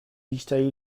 بیشتری